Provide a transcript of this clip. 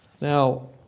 Now